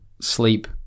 sleep